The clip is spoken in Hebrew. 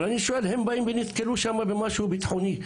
אבל אני שואל: אם הם באים ונתקלים שם במשהו ביטחוני,